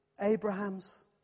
Abraham's